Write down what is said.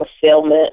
fulfillment